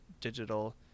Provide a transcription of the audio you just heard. digital